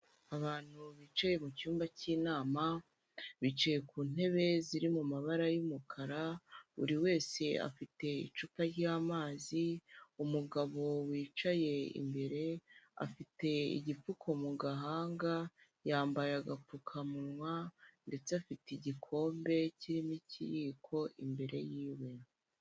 Abantu bicaye mu cyumba k'inama, bicaye ku ntebe ziri mu mabara y'umukara, buri wese afite icupa ryamazi, umugabo wicaye imbere afite igipfuko mu gahanga, yambaye agapfukamunwa ndetse afite igikombe kirimo ikiyiko imbere yiwe.